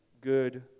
good